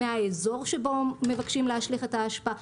מהאזור שבו מבקשים להשליך את האשפה.